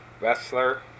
wrestler